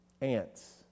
ants